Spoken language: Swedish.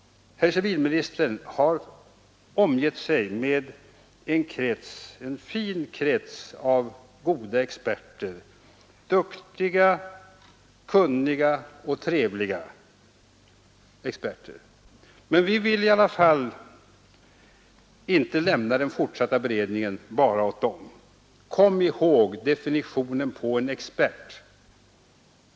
Herr civilministern har omgett sig med en fin krets av goda experter — duktiga, kunniga och trevliga experter. Men vi vill i alla fall inte lämna den fortsatta beredningen bara till dem. Kom ihåg definitionen på en expert!